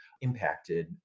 impacted